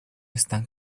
están